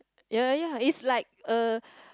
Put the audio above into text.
ya ya ya it's like a